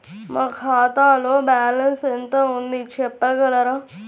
నా ఖాతాలో బ్యాలన్స్ ఎంత ఉంది చెప్పగలరా?